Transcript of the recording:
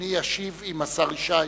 אדוני ישיב, אם השר ישי,